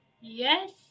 Yes